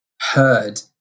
heard